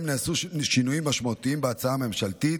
נעשו שינויים משמעותיים בהצעה הממשלתית,